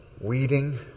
weeding